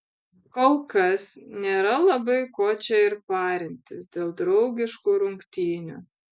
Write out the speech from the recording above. kolkas nėra labai ko čia ir parintis dėl draugiškų rungtynių